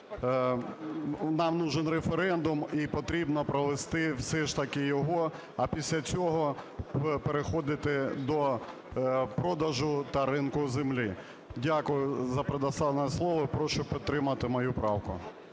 нам потрібен референдум і потрібно провести все ж таки його, а після цього переходити до продажу та ринку землі. Дякую за предоставленное слово. І прошу підтримати мою правку.